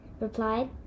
replied